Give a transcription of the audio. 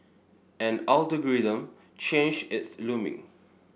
an change is looming